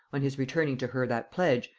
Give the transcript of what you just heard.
on his returning to her that pledge,